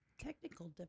Technical